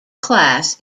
class